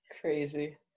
crazy